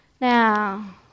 Now